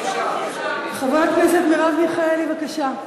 חברת הכנסת מרב מיכאלי, בבקשה.